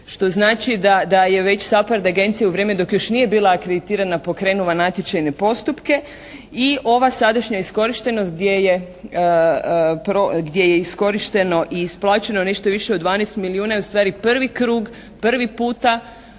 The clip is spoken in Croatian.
Što znači da je već SAPHARD agencija u vrijeme dok još nije bila akreditirana pokrenula natječajne postupke. I ova sadašnja iskorištenost gdje je iskorišteno i isplaćeno nešto više od 12 milijuna je ustvari prvi krug, prvi puta